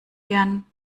gern